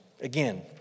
Again